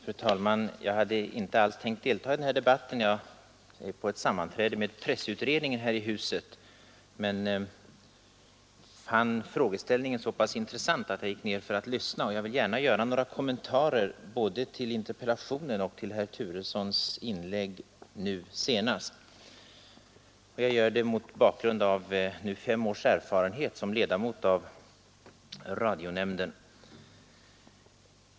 Fru talman! Jag hade inte alls tänkt delta i den här debatten. Jag är på sammanträde här i huset med pressutredningen men fann frågeställningen så pass intressant att jag gick ner för att lyssna. Jag vill gärna göra några kommentarer både till interpellationen och till herr Turessons inlägg nu senast. Jag gör det mot bakgrund av fem års erfarenhet som ledamot av radionämnden.